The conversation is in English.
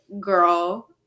girl